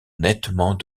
nettement